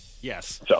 yes